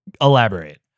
Elaborate